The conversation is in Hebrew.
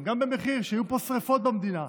גם במחיר שיהיו פה שרפות במדינה,